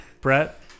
Brett